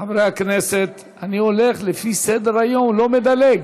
חברי הכנסת, אני הולך לפי סדר-היום, לא מדלג.